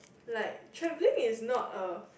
like travelling is not a